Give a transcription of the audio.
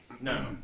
no